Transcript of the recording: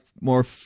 more